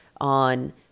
on